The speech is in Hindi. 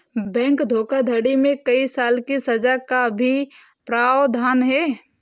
बैंक धोखाधड़ी में कई साल की सज़ा का भी प्रावधान है